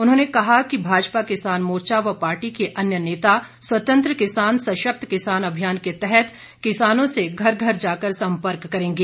उन्होंने कहा भाजपा किसान मोर्चा व पार्टी के अन्य नेता स्वतंत्र किसान सशक्त किसान अभियान के तहत किसानों से घर घर जाकर संपर्क करेंगे